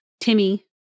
Timmy